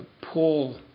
pull